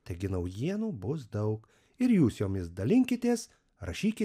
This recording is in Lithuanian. taigi naujienų bus daug ir jūs jomis dalinkitės rašykit